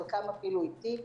חלקם אפילו איתי,